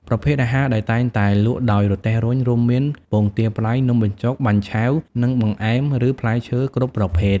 ប្រភេទអាហារដែលតែងតែលក់ដោយរទេះរុញ រួមមាន ពងទាប្រៃ នំបញ្ចុក បាញ់ឆែវ និងបង្អែម ឬផ្លែឈើគ្រប់ប្រភេទ។